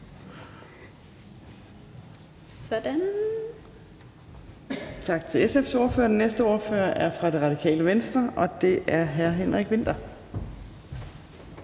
bemærkninger til SF's ordfører. Den næste ordfører er fra Radikale Venstre, hr. Henrik Vinther.